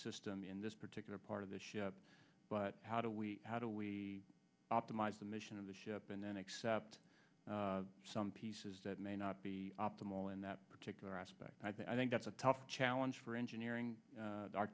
system in this particular part of the ship but how do we how do we optimize the mission of the ship and then accept some pieces that may not be optimal in that particular aspect i think that's a tough challenge for engineering